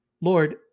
Lord